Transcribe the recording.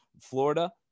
Florida